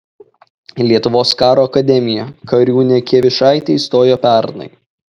į lietuvos karo akademiją kariūnė kievišaitė įstojo pernai